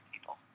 people